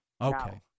Okay